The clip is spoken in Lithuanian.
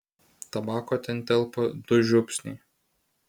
tabako ten telpa du žiupsniai